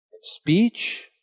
speech